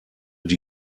die